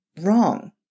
wrong